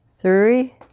three